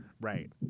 Right